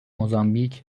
موزامبیک